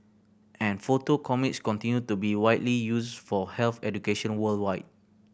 and photo comics continue to be widely used for health education worldwide